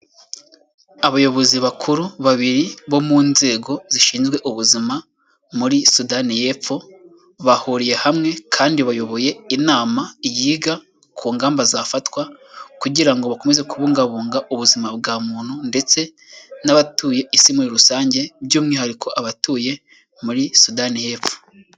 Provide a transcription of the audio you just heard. Abayobozi bakuru babiri bo mu nzego zishinzwe ubuzima muri Sudani y'epfo bahuriye hamwe kandi bayoboye inama yiga ku ngamba zafatwa kugira ngo bakomeze kubungabunga ubuzima bwa muntu ndetse n'abatuye isi muri rusange by'umwihariko abatuye muri Sudani y'epfo.